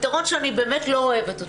פתרון שאני באמת לא אוהבת אותו,